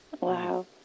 Wow